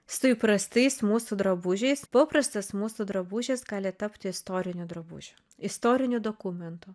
su įprastais mūsų drabužiais paprastas mūsų drabužis gali tapti istoriniu drabužiu istoriniu dokumentu